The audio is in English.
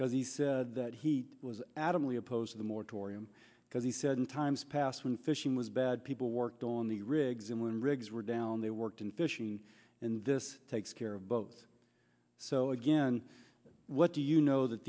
because he said that he was adamantly opposed to the moratorium because he said in times past when fishing was bad people worked on the rigs and when rigs were down they worked in fishing and this takes care of both so again what do you know th